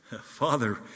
Father